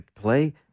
play